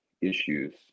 issues